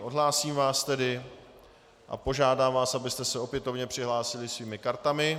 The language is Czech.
Odhlásím vás tedy a požádám vás, abyste se opětovně přihlásili svými kartami.